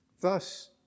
Thus